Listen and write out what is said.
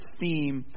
theme